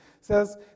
says